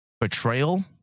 betrayal